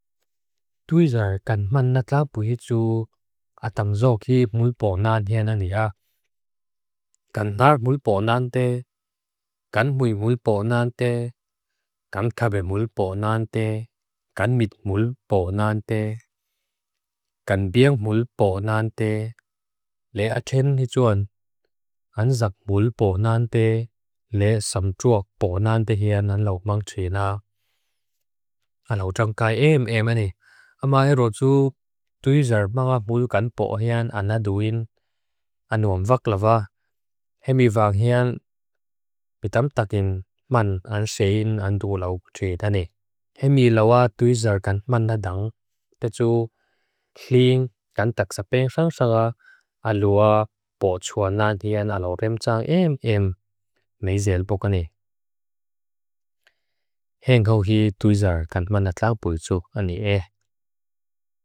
Dwi zar gan mannatlabu hitsu atamdzokhi mulponantea nania. Gan dar mulponantea, gan mui mulponantea, gan khabe mulponantea, gan mit mulponantea, gan biang mulponantea. Le achen hitsuan, anzak mulponantea le samdzok pulponantea hia nan logmang china. Alaw jangkai eem eem ane. Amae roju dwi zar maa mui kanpo hean anaduin. Anuam vaklabah. Hemi vang hean mitamtakin man ansein andulaw treta ne. Hemi lawa dwi zar gan mannadang. Tetsu kling kantak sapengsangsanga aluwa po tsua nantian alaw remtsang eem eem. Meizel boka ne. Hean kohi dwi zar gan manatlau po tsua ani eh.